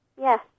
Yes